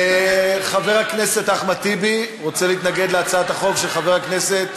חבר הכנסת אחמד טיבי רוצה להתנגד להצעת החוק של חבר הכנסת